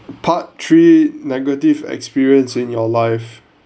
part three negative experience in your life